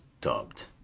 dubbed